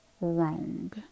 wrong